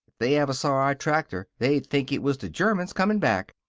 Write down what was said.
they ever saw our tractor, they'd think it was the germans comin' back.